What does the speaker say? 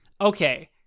Okay